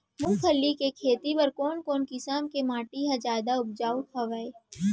मूंगफली के खेती बर कोन कोन किसम के माटी ह जादा उपजाऊ हवये?